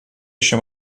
еще